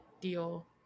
deal